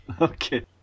Okay